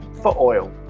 for oil.